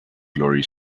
glory